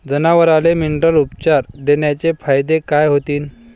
जनावराले मिनरल उपचार देण्याचे फायदे काय होतीन?